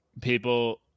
people